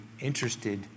interested